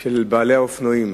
של בעלי האופנועים.